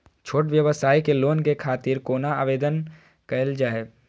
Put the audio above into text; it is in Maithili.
छोट व्यवसाय के लोन के खातिर कोना आवेदन कायल जाय?